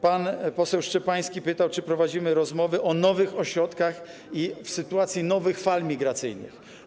Pan poseł Szczepański pytał, czy prowadzimy rozmowy o nowych ośrodkach w sytuacji nowych fal migracyjnych.